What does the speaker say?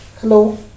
Hello